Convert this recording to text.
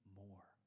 more